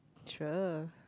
sure